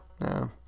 No